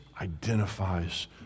identifies